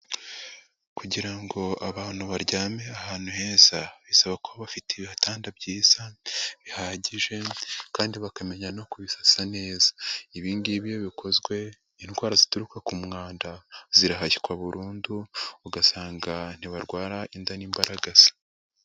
Kugira ngo abantu baryame ahantu heza bisaba kuba bafite ibitanda byiza bihagije kandi bakamenya no kubisa neza, ibi ngibi iyo bikozwe indwara zituruka ku mwanda zirahashywa burundu, ugasanga ntibarwara inda n'imbaragasa.